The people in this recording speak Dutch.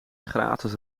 gratis